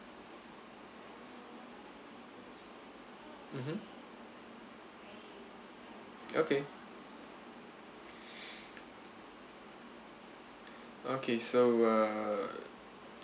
mmhmm okay okay so uh